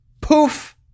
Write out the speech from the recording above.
poof